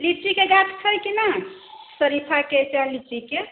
लीचीके गाछ छै कि नहि सरीफाके चाहे लीचीके